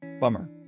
Bummer